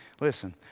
Listen